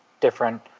different